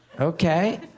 Okay